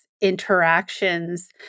interactions